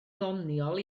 ddoniol